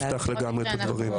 כן, אז נפתח לגמרי את הדברים.